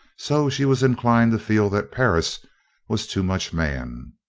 so she was inclined to feel that perris was too much man.